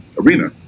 arena